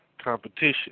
competition